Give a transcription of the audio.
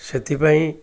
ସେଥିପାଇଁ